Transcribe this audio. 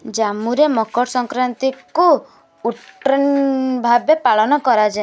ଜାମ୍ମୁରେ ମକର ସଂକ୍ରାନ୍ତିକୁ ଉଟ୍ରେନ୍ ଭାବେ ପାଳନ କରାଯାଏ